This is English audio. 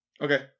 Okay